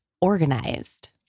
organized